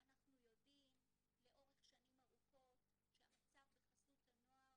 אנחנו יודעים לאורך שנים ארוכות שהמצב בחסות הנוער